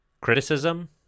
criticism